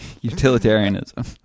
utilitarianism